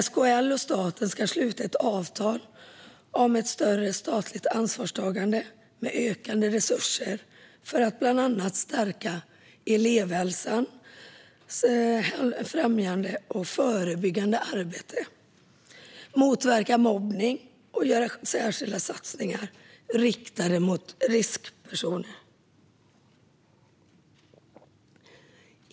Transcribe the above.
SKL och staten ska sluta ett avtal om ett större statligt ansvarstagande med ökande resurser för att bland annat stärka elevhälsans främjande och förebyggande arbete, motverka mobbning och göra särskilda satsningar riktade mot riskpersoner.